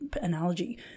analogy